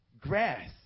grass